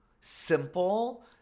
simple